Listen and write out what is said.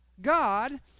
God